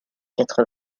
quatre